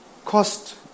cost